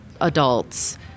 adults